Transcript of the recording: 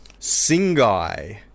Singai